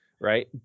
right